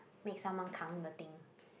make someone 扛 the thing